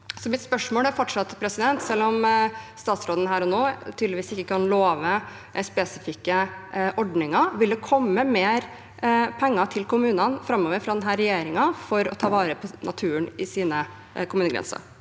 Mitt spørsmål er fortsatt: Selv om statsråden her og nå tydeligvis ikke kan love spesifikke ordninger, vil det komme mer penger til kommunene framover fra denne regjeringen for å ta vare på naturen innenfor kommunegrensene?